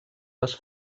les